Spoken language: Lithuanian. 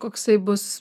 koksai bus